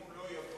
אם הוא לא יבוא.